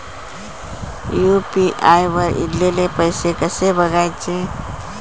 UPI वर ईलेले पैसे कसे बघायचे?